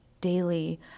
daily